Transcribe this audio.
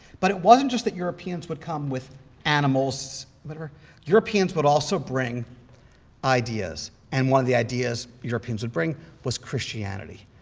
but it wasn't just that europeans would come with animals. but europeans would also bring ideas. and one of the ideas europeans would bring was christianity,